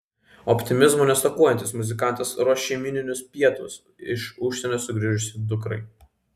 optimizmo nestokojantis muzikantas ruoš šeiminius pietus iš užsienio sugrįžusiai dukrai